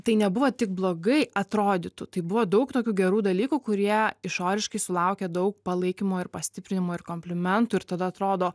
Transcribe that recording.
tai nebuvo tik blogai atrodytų tai buvo daug tokių gerų dalykų kurie išoriškai sulaukė daug palaikymo ir pastiprinimo ir komplimentų ir tada atrodo